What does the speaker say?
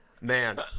Man